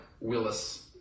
Willis